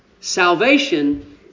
Salvation